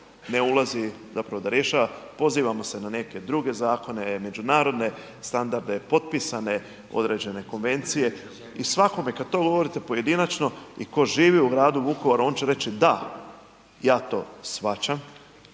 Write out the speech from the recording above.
ne ulazi zapravo da rješava pozivamo se na neke druge zakone, međunarodne standarde, potpisane određene konvencije i svakome kad to govorite pojedinačno i tko živi u gradu Vukovaru on će reći da, ja to shvaćam,